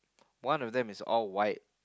one of them is all white